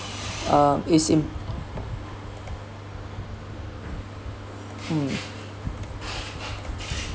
uh it's imp~ um